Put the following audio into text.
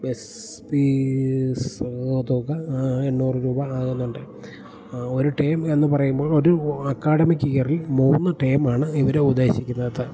bus fees തുക എണ്ണൂറ് രൂപയാകുന്നുണ്ട് ഒരു ടേം എന്നുപറയുമ്പോൾ ഒരു അക്കാഡമിക് ഇയറിൽ മൂന്ന് ടേമാണ് ഇവരുദ്ദേശിക്കുന്നത്